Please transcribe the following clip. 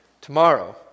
tomorrow